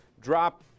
drop